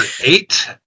eight